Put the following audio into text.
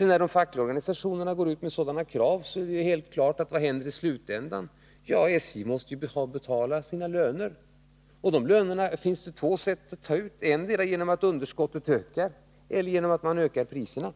När de fackliga organisationerna går ut med sådana krav — vad händer i slutändan? Jo, det är klart att SJ måste betala sina löner. Och det finns två sätt att ta ut de lönerna på: Endera genom att underskottet ökar eller genom att man ökar priserna.